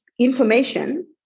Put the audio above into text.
information